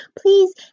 please